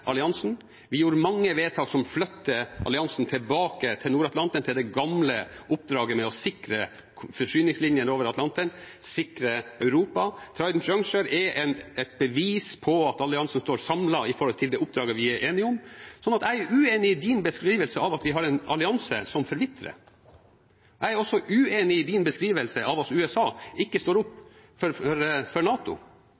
alliansen. Vi gjorde mange vedtak som flytter alliansen tilbake til Nord-Atlanteren, til det gamle oppdraget med å sikre forsyningslinjene over Atlanteren, sikre Europa. Trident Juncture er et bevis på at alliansen står samlet om det oppdraget vi er enige om. Så jeg er uenig i din beskrivelse av at vi har en allianse som forvitrer. Jeg er også uenig i din beskrivelse av at USA ikke står opp